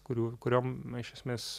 kurių kuriom na iš esmės